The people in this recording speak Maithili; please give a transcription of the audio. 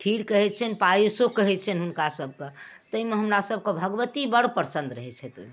खीर कहैत छिअनि पायसो कहैत छिअनि हुनका सबकऽ ताहिमे हमरा सबके भगवती बड़ प्रसन्न रहैत छथि ओहिमे